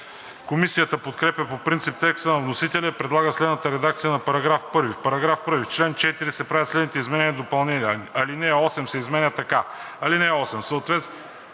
Комисията подкрепя по принцип текста на вносителя и предлага следната редакция на § 1: „§ 1. В чл. 4 се правят следните изменения и допълнения: 1. Алинея 8 се изменя така: „(8)